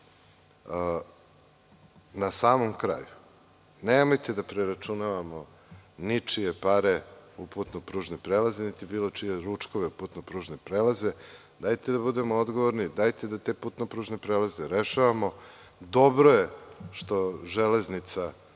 samom kraju, nemojte da preračunavamo ničije pare u putno-pružni prelaz niti bilo čije ručkove putno-pružnog prelaza, dajte da budemo odgovorni, dajte da te putno-pružne prelaze rešavamo. Dobro je što „Železnica“